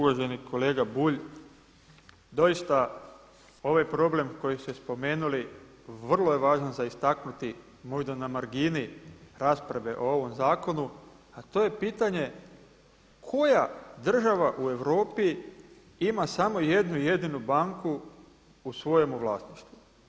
Uvaženi kolega Bulj, doista ovaj problem koji ste spomenuli vrlo je važan za istaknuti možda na margini rasprave o ovom zakonu, a to je pitanje koja država u Europi ima samo jednu jedinu banku u svojemu vlasništvu.